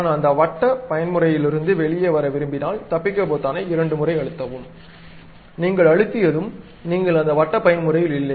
நான் அந்த வட்ட பயன்முறையிலிருந்து வெளியே வர விரும்பினால் தப்பிக்க பொத்தானை இரண்டு முறை அழுத்தவும் நீங்கள் அழுத்தியதும் நீங்கள் அந்த வட்ட பயன்முறையில் இல்லை